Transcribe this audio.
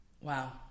Wow